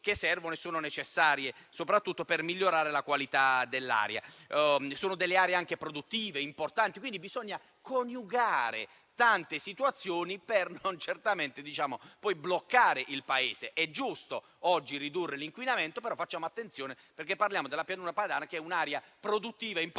quelle azioni necessarie soprattutto per migliorare la qualità dell'aria. Ma quelle sono anche aree produttive importanti, quindi bisogna coniugare varie esigenze per non bloccare il Paese. È giusto oggi ridurre l'inquinamento, però occorre fare attenzione perché parliamo della Pianura padana, che è un'area produttiva importante